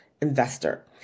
investor